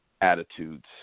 attitudes